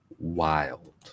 wild